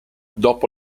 dopo